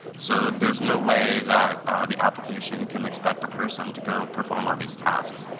so there's no way that the application can expect a person to go perform all these tasks.